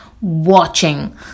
watching